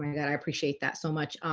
and i appreciate that so much.